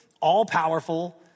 all-powerful